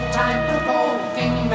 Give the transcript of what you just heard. time-provoking